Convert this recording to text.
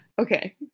Okay